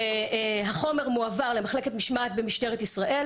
והחומר מועבר למחלקת משמעת במשטרת ישראל,